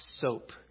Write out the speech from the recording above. soap